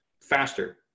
faster